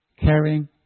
caring